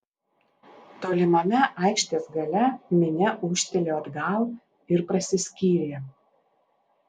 tolimame aikštės gale minia ūžtelėjo atgal ir prasiskyrė